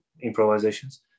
improvisations